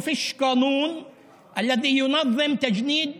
כי אין חוק המסדיר את גיוס